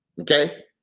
Okay